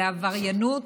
לעבריינות,